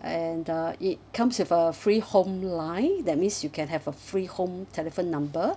and uh it comes with a free home line that means you can have a free home telephone number